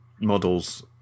models